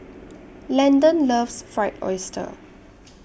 Landen loves Fried Oyster